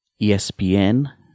ESPN